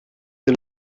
den